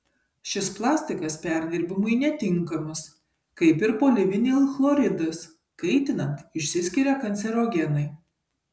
šis plastikas perdirbimui netinkamas kaip ir polivinilchloridas kaitinant išsiskiria kancerogenai